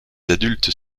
adultes